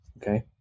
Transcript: Okay